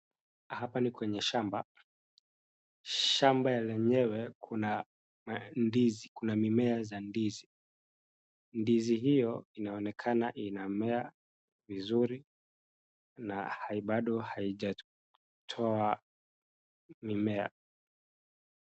Hapa ni kwenye shamba , shamba lenyewe kuna ndizi kuna mimea za ndizi ,ndizi hiyo inaonekana inamea vizuri na bado haijatoa mimea .